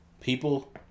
people